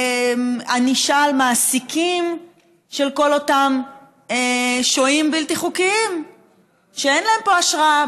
ענישה על מעסיקים של כל אותם שוהים בלתי חוקיים שאין להם פה אשרה,